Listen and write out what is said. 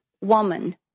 woman